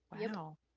Wow